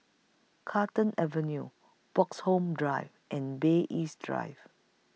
Carlton Avenue Bloxhome Drive and Bay East Drive